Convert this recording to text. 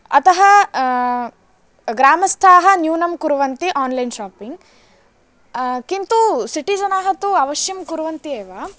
अतः ग्रामस्थाः न्यूनं कुर्वन्ति आन्लैन् शापिङ्ग् किन्तु सिटि जनाः तु अवश्यं कुर्वन्ति एव